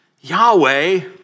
Yahweh